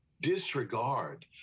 disregard